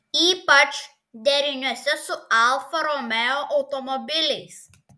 ypač deriniuose su alfa romeo automobiliais